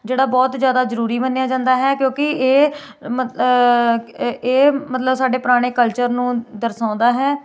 ਜਿਹੜਾ ਬਹੁਤ ਜ਼ਿਆਦਾ ਜ਼ਰੂਰੀ ਮੰਨਿਆ ਜਾਂਦਾ ਹੈ ਕਿਉਂਕਿ ਇਹ ਇਹ ਮਤਲਬ ਸਾਡੇ ਪੁਰਾਣੇ ਕਲਚਰ ਨੂੰ ਦਰਸਾਉਂਦਾ ਹੈ